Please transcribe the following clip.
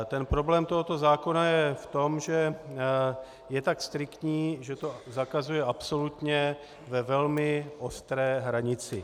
Problém tohoto zákona je v tom, že je tak striktní, že to zakazuje absolutně ve velmi ostré hranici.